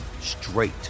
straight